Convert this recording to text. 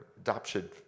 adoption